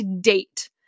date